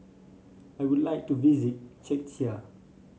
I would like to visit Czechia